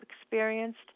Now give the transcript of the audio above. experienced